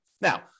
Now